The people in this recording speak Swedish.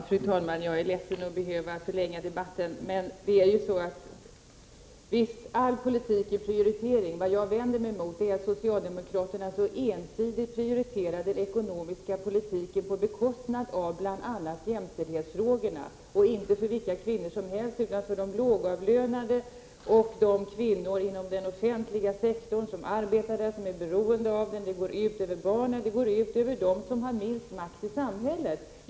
Fru talman! Jag är ledsen över att behöva förlänga debatten. Visst måste prioriteringar göras i all praktisk politik, Gustav Persson. Men vad jag vänder mig mot är att socialdemokraterna så ensidigt prioriterar den ekonomiska politiken på bekostnad av bl.a. jämställdhetsfrågorna och inte för vilka kvinnor som helst, utan för de lågavlönade och för de kvinnor inom den offentliga sektorn som verkligen är beroende av att jämställdhet upprätthålls. Det går ut över barnen och dem som har minst makt i samhället.